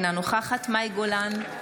אינה נוכחת מאי גולן,